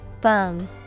Bung